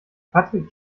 patrick